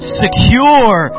secure